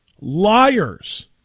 Liars